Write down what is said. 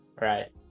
right